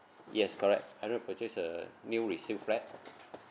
yes correct I don't wanna purchase a new resale flat